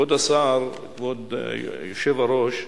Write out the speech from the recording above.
כבוד השר, כבוד היושב-ראש,